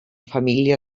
família